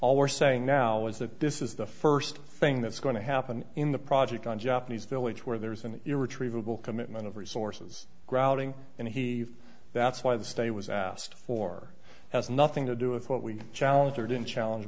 all we're saying now is that this is the first thing that's going to happen in the project on japanese village where there is an irretrievable commitment of resources grouting and he that's why the state was asked for has nothing to do with what we challenge or didn't challenge